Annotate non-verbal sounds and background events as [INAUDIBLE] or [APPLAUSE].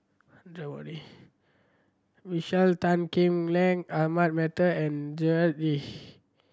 [UNINTELLIGIBLE] Michael Tan Kim Lei Ahmad Mattar and Gerard Ee